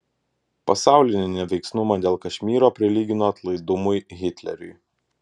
pasaulinį neveiksnumą dėl kašmyro prilygino atlaidumui hitleriui